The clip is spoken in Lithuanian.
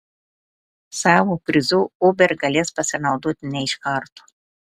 savo prizu uber galės pasinaudoti ne iš karto